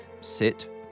sit